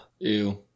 Ew